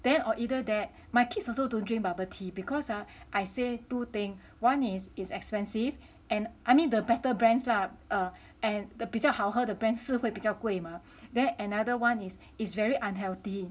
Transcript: then or either that my kids also don't drink bubble tea because ah I say two thing one is it's expensive and I mean the better brands lah err and the 比较好喝的 brand 是会比较贵嘛 then another one is it's very unhealthy